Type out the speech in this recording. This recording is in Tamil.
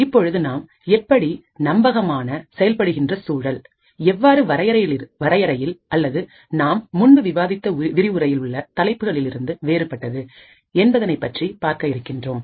இப்பொழுது நாம் எப்படி நம்பகமான செயல்படுகின்ற சூழல் எவ்வாறு வரையறையில் அல்லது நாம் முன்பு விவாதித்த விரிவுரையில் உள்ள தலைப்புகளில் இருந்து வேறுபட்டது என்பதை பற்றி பார்க்க இருக்கின்றோம்